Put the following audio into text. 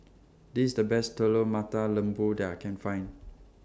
This IS The Best Telur Mata Lembu that I Can Find